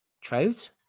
Trout